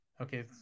Okay